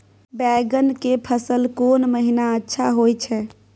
बैंगन के फसल कोन महिना अच्छा होय छै?